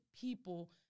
people